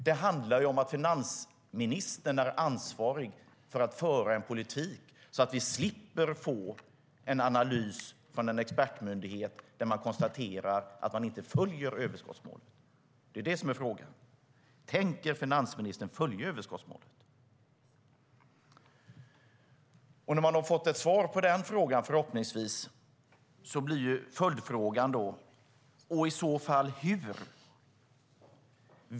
Det handlar om att finansministern är ansvarig för att föra en politik så att vi slipper få en analys från en expertmyndighet där man konstaterar att överskottsmålet inte följs. Det är det som är frågan. Tänker finansministern följa överskottsmålet? När vi förhoppningsvis har fått ett svar på den frågan blir följdfrågan: Och i så fall hur?